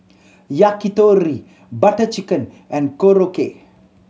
Yakitori Butter Chicken and Korokke